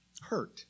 hurt